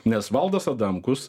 nes valdas adamkus